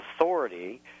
authority